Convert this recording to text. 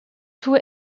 two